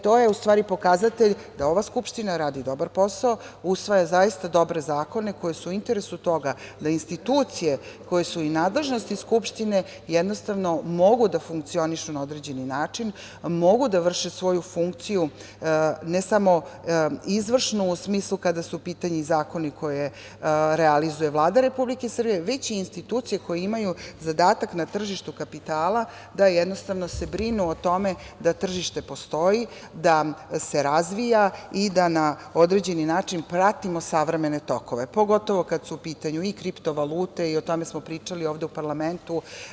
To je u stvari pokazatelj da ova Skupština radi dobar posao, usvaja zaista dobre zakone koji su u interesu toga da institucije koje su u nadležnosti Skupštine jednostavno mogu da funkcionišu na određeni način, mogu da vrše svoju funkciju, ne samo izvršnu u smislu kada su u pitanju zakoni koje realizuje Vlada Republike Srbije, već i institucije koje imaju zadataka na tržištu kapitala da se jednostavno brinu o tome da tržište postoji, da se razvija i da na određeni način pratimo savremene tokove, pogotovo kada su u pitanju i kripto valute i o tome smo pričali ovde u parlamentu.